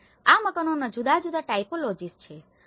અને આ મકાનોના જુદા જુદા ટાઇપોલોજિસ છે